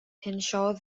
henshaw